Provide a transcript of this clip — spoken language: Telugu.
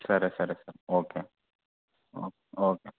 సరే సరే ఓకే ఓ ఓకే